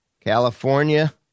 California